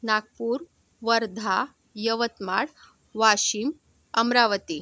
Nagpur Wardha Yavatmal Washim Amravati